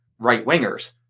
right-wingers